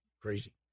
crazy